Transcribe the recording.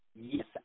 Yes